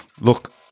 look